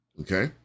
okay